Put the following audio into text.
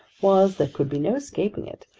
was, there could be no escaping it,